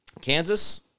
Kansas